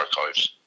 archives